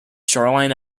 shoreline